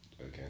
Okay